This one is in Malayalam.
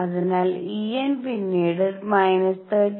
അതിനാൽ En പിന്നീട് −13